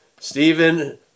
Stephen